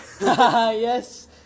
Yes